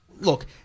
Look